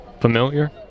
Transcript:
familiar